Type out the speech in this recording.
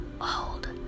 old